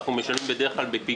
אנחנו משלמים בפיגור.